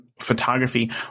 photography